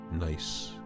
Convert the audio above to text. nice